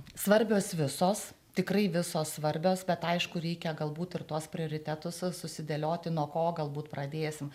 svarbios visos tikrai visos svarbios bet aišku reikia galbūt ir tuos prioritetus susidėlioti nuo ko galbūt pradėsim